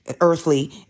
earthly